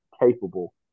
capable